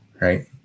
right